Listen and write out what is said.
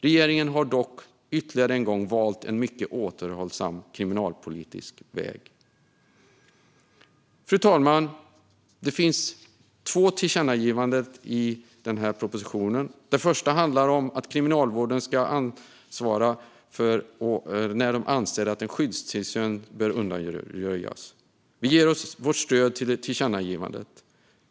Regeringen har dock ytterligare en gång valt en mycket återhållsam kriminalpolitisk väg. Fru talman! Det finns två tillkännagivanden i betänkandet. Det första handlar om att Kriminalvården ska ansvara för möjligheten att undanröja skyddstillsyn. Vi ger vårt stöd till tillkännagivandet.